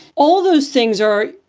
all those things are,